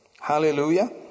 Hallelujah